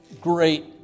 great